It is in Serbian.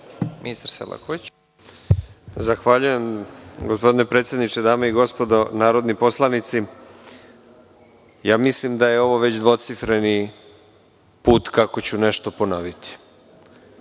**Nikola Selaković** Zahvaljujem, gospodine predsedniče. Dame i gospodo narodni poslanici, mislim da je ovo već dvocifreni put kako ću nešto ponoviti,